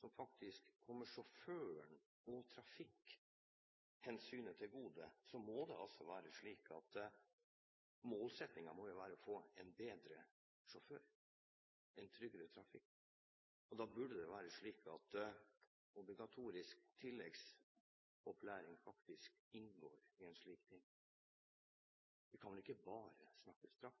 som faktisk kommer sjåføren og trafikkhensynet til gode, må det være slik at målsettingen må være å få en bedre sjåfør, en tryggere trafikk. Da burde obligatorisk tilleggsopplæring faktisk inngå i en slik ting. Vi kan ikke bare snakke